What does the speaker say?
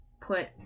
put